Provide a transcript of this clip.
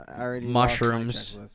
mushrooms